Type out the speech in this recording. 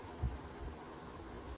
നന്ദി